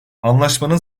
anlaşmanın